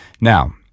Now